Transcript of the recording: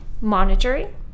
monitoring